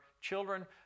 children